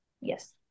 yes